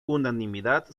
unanimidad